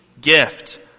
gift